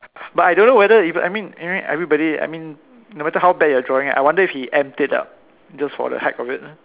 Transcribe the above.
but I don't know whether if I mean I mean everybody I mean no matter how bad your drawing I wonder if he amped it up just for the heck of it